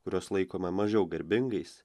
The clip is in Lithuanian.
kuriuos laikome mažiau garbingais